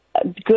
good